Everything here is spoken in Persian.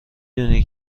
دونی